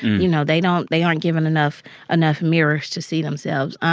you know, they don't they aren't given enough enough mirrors to see themselves.